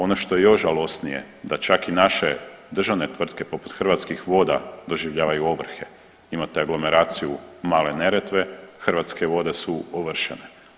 Ono što je još žalosnije da čak i naše državne tvrtke poput Hrvatskih voda doživljavaju ovrhe, imate aglomeraciju Male Neretve, Hrvatske vode su ovršene.